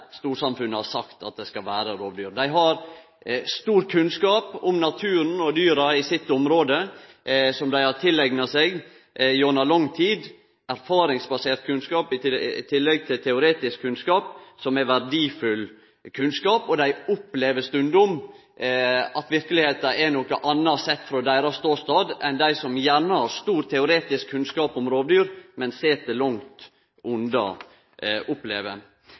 storsamfunnet har sagt at det skal vere rovdyr. Dei har stor kunnskap om naturen og dyra i sitt område som dei har tileigna seg gjennom lang tid, erfaringsbasert kunnskap i tillegg til teoretisk kunnskap, som er verdifull. Dei opplever stundom at verkelegheita er noko annleis sett frå deira ståstad, enn hos dei som har gjerne har stor teoretisk kunnskap om rovdyr, men som sit langt